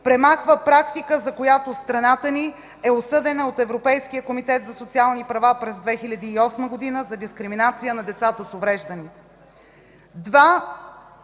премахва практика, за която страната ни е осъдена от Европейския комитет за социални права през 2008 г. за дискриминация на деца с увреждания.